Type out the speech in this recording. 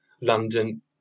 London